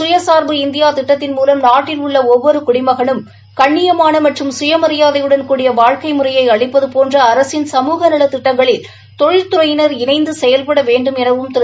சுயசார்பு இந்தியா திட்டத்தின் மூலம் நாட்டில் உள்ள ஒவ்வொரு குடிமகனும் கண்ணியமான மற்றும் சுயமரியாதையுடன் கூடிய வாழ்க்கை முறையை அளிப்பது போன்ற அரசின் சமூக நல திட்டங்களில் தொழில்துறையினர் இணைந்து செயல்பட வேண்டும் எனவும் திரு